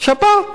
מתכונת שבת.